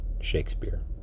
Shakespeare